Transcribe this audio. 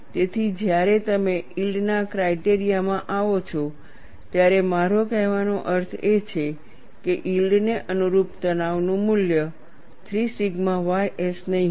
તેથી જ્યારે તમે યીલ્ડના ક્રાઇટેરિયા માં આવો છો ત્યારે મારો કહેવાનો અર્થ એ છે કે યીલ્ડને અનુરૂપ તણાવનું મૂલ્ય 3 સિગ્મા ys નહીં હોય